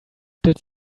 did